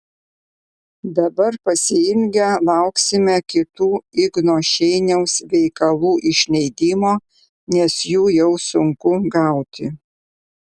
dabar pasiilgę lauksime kitų igno šeiniaus veikalų išleidimo nes jų jau sunku gauti